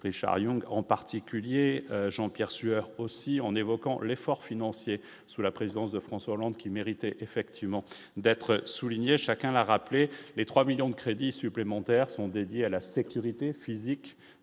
Richard Yung en particulier Jean-Pierre Sueur aussi en évoquant l'effort financier sous la présidence de François Hollande qui mérite effectivement d'être souligné, chacun a rappelé les 3 millions de crédits supplémentaires sont dédiés à la sécurité physique